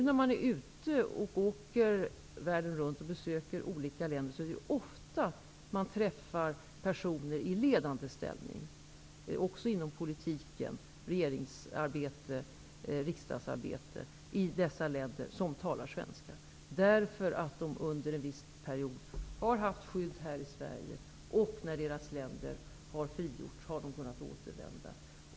När jag reser runt i världen och besöker olika länder träffar jag ofta personer i ledande ställning, också inom politiken, i regeringsarbete och riksdagsarbete i dessa länder, som talar svenska därför att de under en viss period har haft skydd här i Sverige. När deras länder har frigjorts har de kunnat återvända.